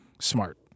smart